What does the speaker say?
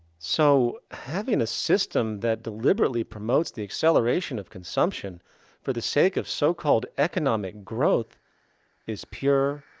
so. having a system that deliberately promotes the acceleration of consumption for the sake of so-called economic growth is pure